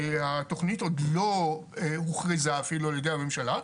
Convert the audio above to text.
התכנית עוד לא הוכרזה אפילו על ידי הממשלה,